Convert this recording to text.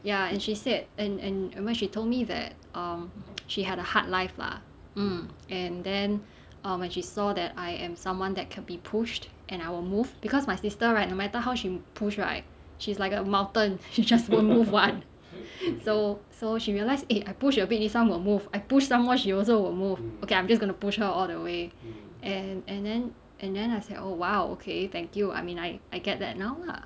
ya and she said and and when she told me that um she had a hard life lah mm and then err when she saw that I am someone that can be pushed and I will move because my sister right no matter how she push right she's like a mountain she just won't move [one] so so she realise eh I push a bit this [one] will move I push some more she also will move okay I'm just going to push her all the way and and then and then I said oh !wow! okay thank you I mean I I get that now lah